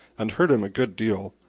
and hurt him a good deal,